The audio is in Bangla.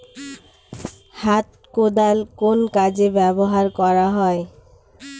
হাত কোদাল কোন কাজে ব্যবহার করা হয়?